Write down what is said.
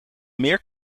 meer